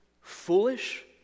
foolish